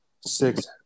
Six